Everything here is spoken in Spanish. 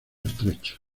estrechos